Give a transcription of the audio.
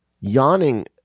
Yawning-